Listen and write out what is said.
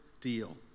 deal